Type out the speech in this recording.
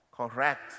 correct